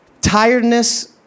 Tiredness